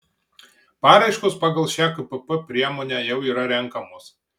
paraiškos pagal šią kpp priemonę jau yra renkamos